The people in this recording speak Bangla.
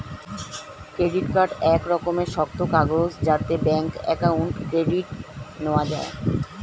ক্রেডিট কার্ড এক রকমের শক্ত কাগজ যাতে ব্যাঙ্ক অ্যাকাউন্ট ক্রেডিট নেওয়া যায়